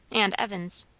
and evan's.